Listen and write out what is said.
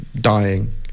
dying